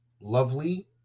lovely